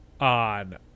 on